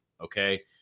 okay